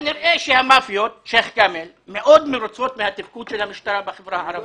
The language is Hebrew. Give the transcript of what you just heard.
כנראה שהמאפיות מאוד מרוצות מהתפקוד של המשטרה בחברה הערבית,